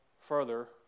further